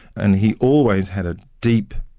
and he always had a deep,